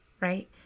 right